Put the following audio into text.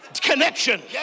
connection